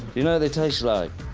you know they taste like,